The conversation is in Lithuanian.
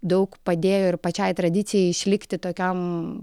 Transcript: daug padėjo ir pačiai tradicijai išlikti tokiam